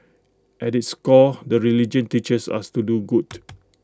at its core the religion teaches us to do good